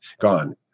gone